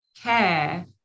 care